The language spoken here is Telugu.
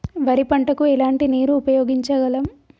వరి పంట కు ఎలాంటి నీరు ఉపయోగించగలం?